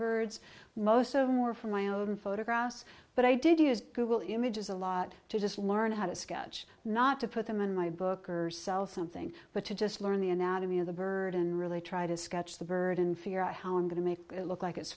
birds most of them were from my own photographs but i did use google images a lot to just learn how to sketch not to put them in my book or sell something but to just learn the anatomy of the bird and really try to sketch the bird and figure out how i'm going to make it look like it's